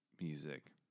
music